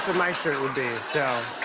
my shirt would be. so